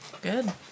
Good